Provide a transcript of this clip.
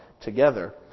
together